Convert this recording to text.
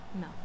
no